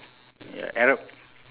ya arab